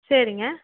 சரிங்க